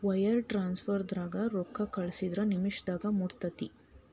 wire ಟ್ರಾನ್ಸ್ಫರ್ದಾಗ ರೊಕ್ಕಾ ಕಳಸಿದ್ರ ನಿಮಿಷದಾಗ ಮುಟ್ಟತ್ತ